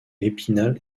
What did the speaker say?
épinal